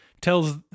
tells